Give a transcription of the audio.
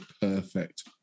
perfect